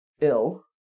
ill